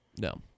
No